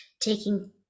taking